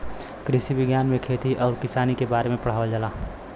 कृषि विज्ञान में खेती आउर किसानी के बारे में पढ़ावल जाला